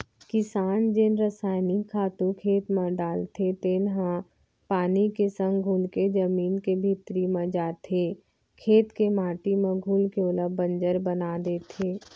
किसान जेन रसइनिक खातू खेत म डालथे तेन ह पानी के संग घुलके जमीन के भीतरी म जाथे, खेत के माटी म घुलके ओला बंजर बना देथे